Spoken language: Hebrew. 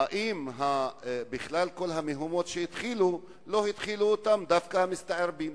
האם את כל המהומות בכלל לא התחילו דווקא המסתערבים?